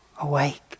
awake